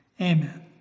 Amen